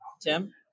Tim